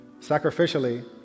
sacrificially